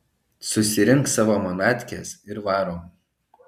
susirink savo manatkes ir varom